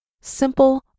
simple